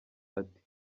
ati